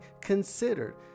considered